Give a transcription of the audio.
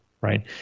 right